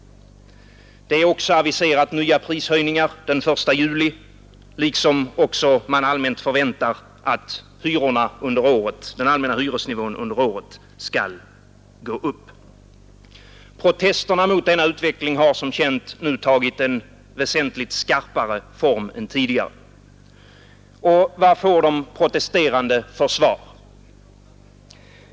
Nya prishöjningar har aviserats till den 1 juli och man förväntar också att den allmänna hyresnivån skall gå upp under året. Protesterna mot denna utveckling har, som bekant, nu tagit en skarpare form än tidigare. Och vad får de protesterande för svar?